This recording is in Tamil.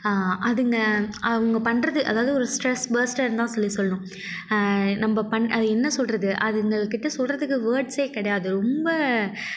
அதுங்க அவங்க பண்ணுறது அதாவது ஒரு ஸ்ட்ரஸ் பஸ்டர் தான் சொல்லி சொல்லணும் நம்ப என்ன சொல்வது அதுங்க கிட்டே சொல்கிறதுக்கு வேர்ட்ஸே கிடையாது ரொம்ப